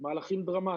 מהלכים דרמטיים.